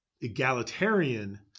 egalitarian